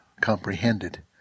comprehended